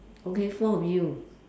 okay four of you